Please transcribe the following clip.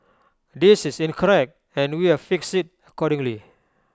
this is incorrect and we've fixed IT accordingly